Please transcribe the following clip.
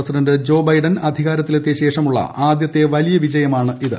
president Joe Biden അധികാരത്തിലെത്തിയശേഷമുള്ള ആദ്യത്തെ വലിയ വിജയമാണ് ഇത്